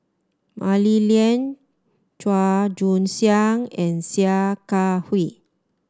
Mah Li Lian Chua Joon Siang and Sia Kah Hui